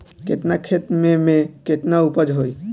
केतना खेत में में केतना उपज होई?